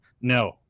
no